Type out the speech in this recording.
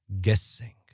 Guessing